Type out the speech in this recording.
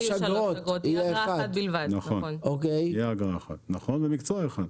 תהיה אגרה אחת למקצוע אחד.